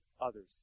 others